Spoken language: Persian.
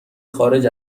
خارج